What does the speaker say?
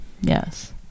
Yes